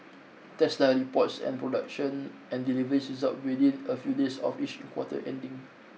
Tesla reports and production and deliveries results within a few days of each quarter ending